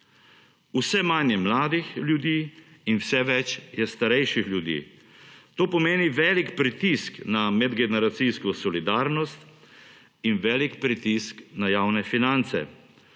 Vse manj je mladih ljudi in vse več je starejših ljudi. To pomeni velik pritisk na medgeneracijsko solidarnost in velik pritisk na javne finance.